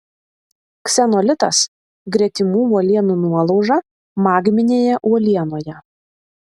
ksenolitas gretimų uolienų nuolauža magminėje uolienoje